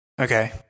okay